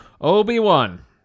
Obi-Wan